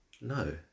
No